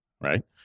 right